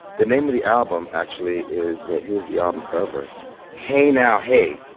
the name of the album, actually, is wait. here's the album cover hey now hey,